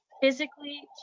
physically